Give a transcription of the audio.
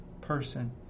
person